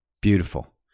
Beautiful